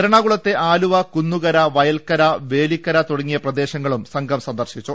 എറണാകുളത്തെ ആലുവ കുന്നുകര വയൽക്കര വേലിക്കര തുടങ്ങിയ പ്രദേശങ്ങളും സംഘം സന്ദർശിച്ചു